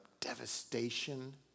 devastation